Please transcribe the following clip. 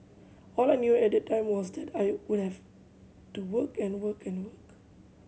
all I knew at that time was that I would have to work and work and work